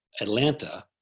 Atlanta